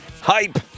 Hype